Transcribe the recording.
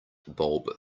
bulb